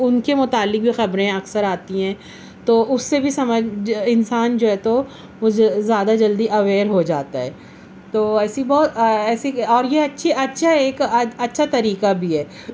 ان کے متعلق بھی خبریں اکثر آتی ہیں تو اس سے بھی سمجھ انسان جو ہے تو وہ زیادہ جلدی اویئر ہو جاتا ہے تو ایسی بہت ایسی اور یہ اچھی اچھا ایک اچھا طریقہ بھی ہے